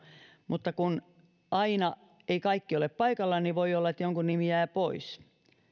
mutta kun aina eivät kaikki ole paikalla niin voi olla että jonkun nimi jää pois